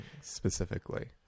specifically